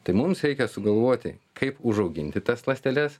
tai mums reikia sugalvoti kaip užauginti tas ląsteles